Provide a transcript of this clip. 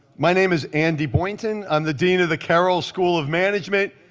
my name is andy boynton. i'm the dean of the carroll school of management.